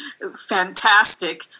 fantastic